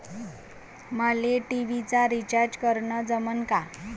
मले टी.व्ही चा रिचार्ज करन जमन का?